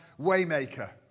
Waymaker